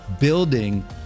building